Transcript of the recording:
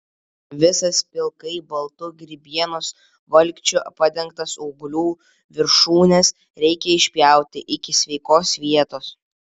visas pilkai baltu grybienos valkčiu padengtas ūglių viršūnes reikia išpjauti iki sveikos vietos